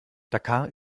dakar